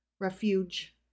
refuge